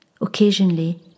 Occasionally